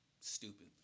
Stupid